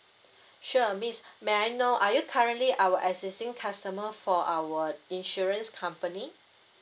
sure miss may I know are you currently our existing customer for our insurance company